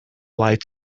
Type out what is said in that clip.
like